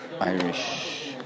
Irish